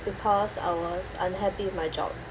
because I was unhappy with my job